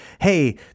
Hey